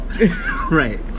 Right